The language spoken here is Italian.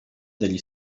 degli